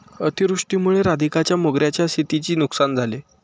अतिवृष्टीमुळे राधिकाच्या मोगऱ्याच्या शेतीची नुकसान झाले